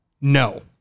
No